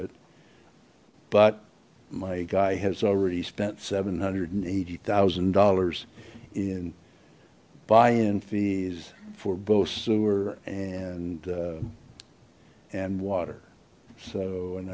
it but my guy has already spent seven hundred and eighty thousand dollars in buy in fees for both sewer and and water so and